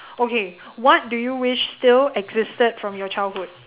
okay what do you wish still existed from your childhood